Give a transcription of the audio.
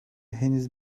henüz